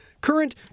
Current